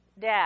Dad